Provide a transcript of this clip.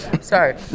Sorry